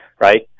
right